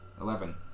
eleven